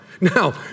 Now